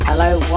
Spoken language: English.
Hello